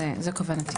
זאת כוונתי.